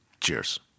Cheers